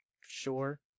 sure